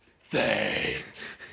thanks